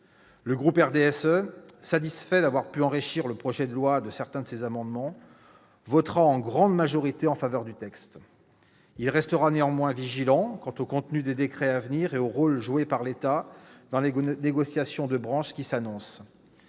Le groupe du RDSE, satisfait d'avoir pu enrichir le projet de loi de certains de ses amendements, votera en grande majorité en faveur de l'adoption du texte. Toutefois, il restera vigilant quant au contenu des décrets à venir et au rôle joué par l'État dans les négociations de branche qui s'annoncent.